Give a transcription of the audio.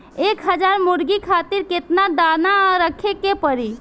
एक हज़ार मुर्गी खातिर केतना दाना रखे के पड़ी?